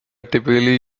typically